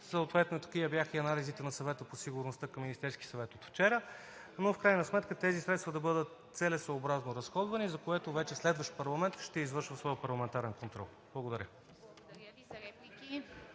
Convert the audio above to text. съответно такива бяха и анализите на Съвета по сигурността към Министерския съвет от вчера. Но в крайна сметка тези средства да бъдат целесъобразно разходвани, за което вече следващ парламент ще извършва своя парламентарен контрол. Благодаря.